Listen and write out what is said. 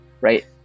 Right